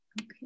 Okay